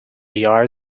yard